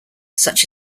such